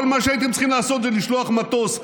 כל מה שהייתם צריכים לעשות זה לשלוח מטוס.